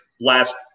last